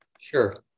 Sure